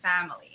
family